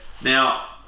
now